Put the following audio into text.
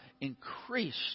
increased